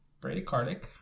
bradycardic